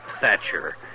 Thatcher